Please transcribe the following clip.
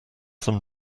them